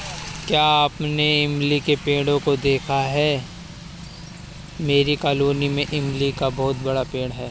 क्या आपने इमली के पेड़ों को देखा है मेरी कॉलोनी में इमली का बहुत बड़ा पेड़ है